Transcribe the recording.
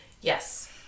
Yes